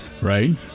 right